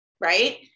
right